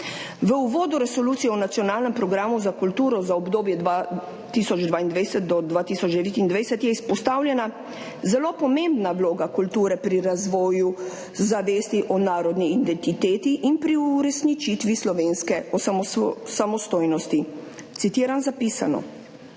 V uvodu Resolucije o nacionalnem programu za kulturo za obdobje 2022–2029 je izpostavljena zelo pomembna vloga kulture pri razvoju zavesti o narodni identiteti in pri uresničitvi slovenske samostojnosti. Citiram zapisano: